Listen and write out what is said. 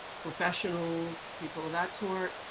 professionals, people of that sort,